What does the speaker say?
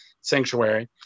sanctuary